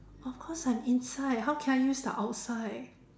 of course I'm inside how can I use the outside